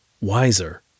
wiser